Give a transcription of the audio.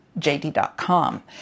jd.com